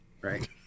Right